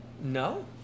No